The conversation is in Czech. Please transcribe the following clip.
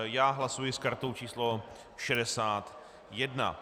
Já hlasuji s kartou číslo 61.